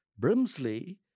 Brimsley